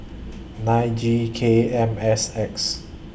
nine G K M S X